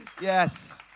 Yes